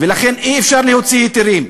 ולכן אי-אפשר להוציא היתרים.